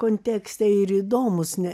kontekste ir įdomūs ne